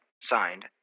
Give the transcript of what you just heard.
signed